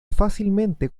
fácilmente